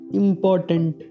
important